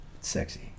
Sexy